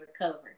recover